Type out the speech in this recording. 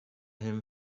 him